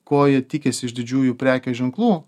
ko jie tikisi iš didžiųjų prekės ženklų